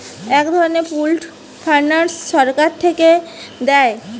এক ধরনের pooled finance সরকার থিকে দেয়